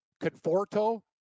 Conforto